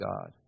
god